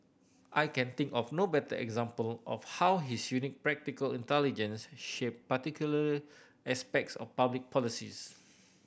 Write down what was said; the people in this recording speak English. I can think of no better example of how his unique practical intelligence shaped particular aspects of public policies